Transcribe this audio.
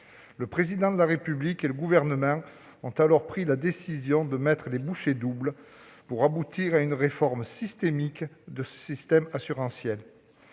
Le Président de la République et le Gouvernement ont alors pris la décision de mettre les bouchées doubles pour aboutir à une réforme systémique de notre modèle assurantiel.